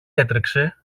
έτρεξε